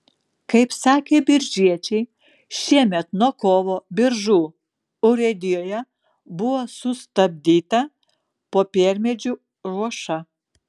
kaip sakė biržiečiai šiemet nuo kovo biržų urėdijoje buvo sustabdyta popiermedžių ruoša